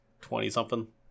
twenty-something